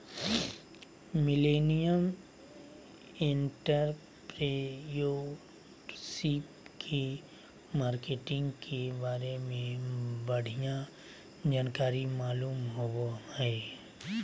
millennial entrepreneurship के marketing के बारे में बढ़िया जानकारी मालूम होबो हय